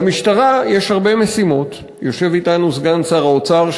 למשטרה יש הרבה משימות, יושב אתנו סגן שר האוצר,